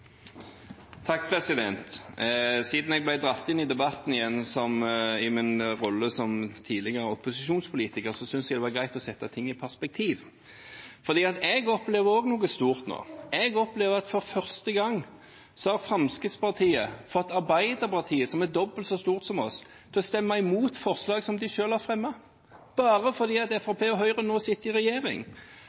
Siden jeg ble dratt inn i debatten igjen i min rolle som tidligere opposisjonspolitiker, synes jeg det var greit å sette ting i perspektiv. For jeg opplever også noe stort nå. Jeg opplever at for første gang har Fremskrittspartiet fått Arbeiderpartiet, som er dobbelt så stort som oss, til å stemme imot forslag som de selv har fremmet, bare fordi Fremskrittspartiet og Høyre nå sitter i regjering.